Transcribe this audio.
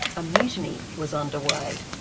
a mutiny was underway.